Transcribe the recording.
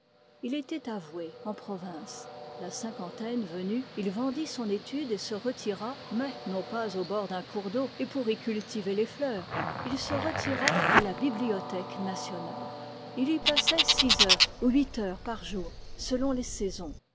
il était avoué en province la cinquantaine venue il vendit son étude et se retira mais non pas au bord d'un cours d'eau et pour y cultiver les fleurs il se retira à la bibliothèque nationale il y passait six heures ou huit heures par jour selon les saisons